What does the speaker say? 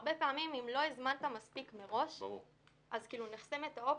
הרבה פעמים אם לא הזמנת מספיק מראש נחסמת האופציה.